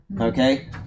okay